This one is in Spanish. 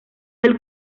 del